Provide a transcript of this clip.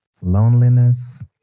Loneliness